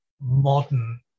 modern